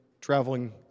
traveling